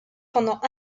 pendant